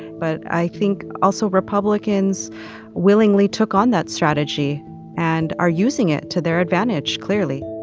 but i think also republicans willingly took on that strategy and are using it to their advantage, clearly